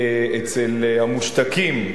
אצל המושתקים,